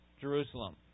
Jerusalem